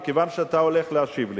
מכיוון שאתה הולך להשיב לי,